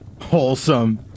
Wholesome